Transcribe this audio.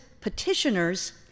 petitioners